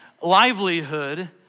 livelihood